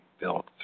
built